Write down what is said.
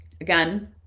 again